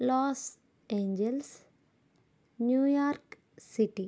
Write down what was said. Los Angeles New York City